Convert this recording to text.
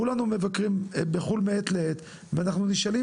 כולנו מבקרים בחו"ל מעת לעת ואנחנו נשאלים